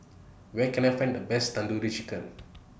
Where Can I Find The Best Tandoori Chicken